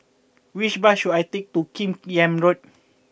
which bus should I take to Kim Yam Road